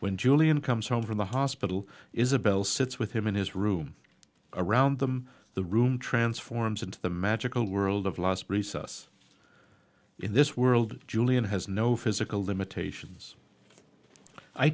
when julian comes home from the hospital isabelle sits with him in his room around them the room transforms into the magical world of last recess in this world julian has no physical limitations i